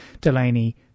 Delaney